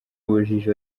ubujiji